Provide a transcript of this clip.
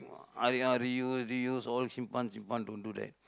ah ya reuse reuse all don't do that